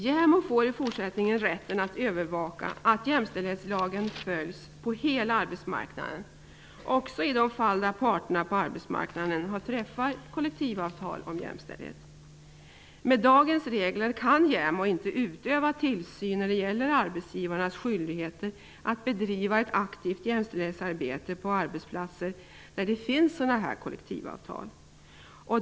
JämO får i fortsättningen rätt att övervaka att jämställdhetslagen följs på hela arbetsmarknaden, också i de fall där parterna på arbetsmarknaden träffar kollektivavtal om jämställdhet. Med dagens regler kan JämO inte utöva tillsyn när det gäller arbetsgivarnas skyldighet att bedriva ett aktivt jämställdhetsarbete på arbetsplatser där det finns sådana här kollektivavtal.